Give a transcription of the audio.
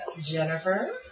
jennifer